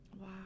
Wow